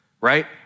right